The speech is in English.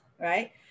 right